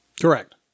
Correct